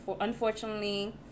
unfortunately